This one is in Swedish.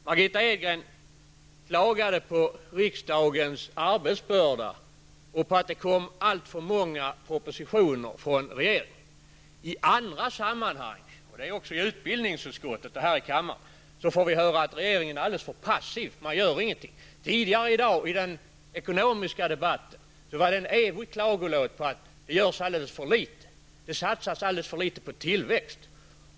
Margitta Edgren klagade över riksdagens arbetsbörda och över att det kom alltför många propositioner från regeringen. I andra sammanhang, också i utbildningsutskottet och här i kammaren, får vi höra att regeringen är för passiv och inte gör någonting. I den ekonomiska debatten tidigare i dag var det en evig klagolåt på att det görs alldeles för litet och satsas för litet på tillväxt.